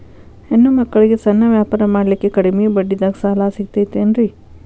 ಹೆಣ್ಣ ಮಕ್ಕಳಿಗೆ ಸಣ್ಣ ವ್ಯಾಪಾರ ಮಾಡ್ಲಿಕ್ಕೆ ಕಡಿಮಿ ಬಡ್ಡಿದಾಗ ಸಾಲ ಸಿಗತೈತೇನ್ರಿ?